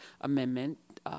Amendment